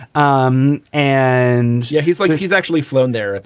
um and yeah he's like, he's actually flown there,